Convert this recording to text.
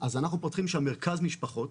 אז אנחנו פותחים שם מרכז משפחות,